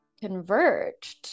converged